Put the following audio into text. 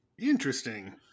Interesting